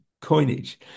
coinage